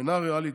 אינה ריאלית,